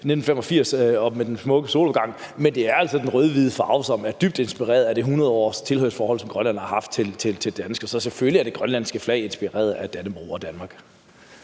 1985 – og viser en smuk solopgang, men den rød-hvide farve er altså dybt inspireret af det århundredlange tilhørsforhold, som Grønland har haft til Danmark. Så selvfølgelig er det grønlandske flag inspireret af Dannebrog og Danmark.